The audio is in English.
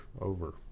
over